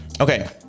Okay